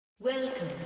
Welcome